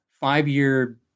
five-year